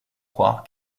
croire